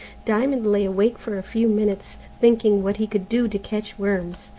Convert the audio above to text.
diamond lay awake for a few minutes, thinking what he could do to catch worms.